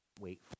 Wait